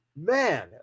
Man